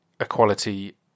equality